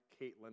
Caitlin